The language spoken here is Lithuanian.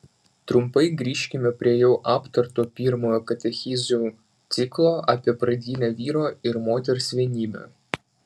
trumpai grįžkime prie jau aptarto pirmojo katechezių ciklo apie pradinę vyro ir moters vienybę